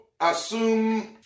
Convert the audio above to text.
assume